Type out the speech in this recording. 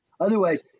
Otherwise